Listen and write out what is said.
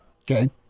Okay